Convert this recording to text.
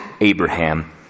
Abraham